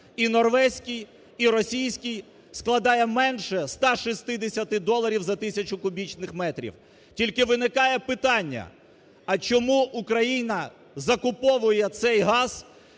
і норвезький, і російський – складає менше 160 доларів за тисячу кубічних метрів. Тільки виникає питання: а чому Україна закуповує цей газ,